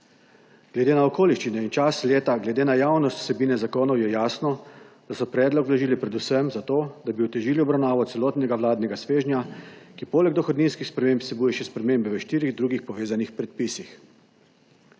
Glede na okoliščine in čas leta, glede na javnost vsebine zakonov je jasno, da so predlog vložili predvsem zato, da bi otežili obravnavo celotnega vladnega svežnja, ki poleg dohodninskih sprememb vsebuje še spremembe v štirih drugih povezanih predpisih.